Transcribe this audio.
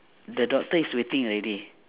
the doctor is waiting already